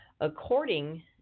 According